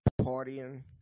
partying